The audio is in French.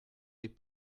les